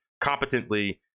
competently